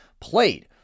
played